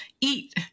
eat